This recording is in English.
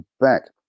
back